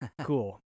Cool